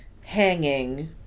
hanging